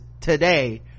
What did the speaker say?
today